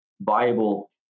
viable